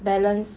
balance